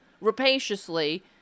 rapaciously